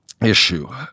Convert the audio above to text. issue